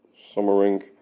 Summering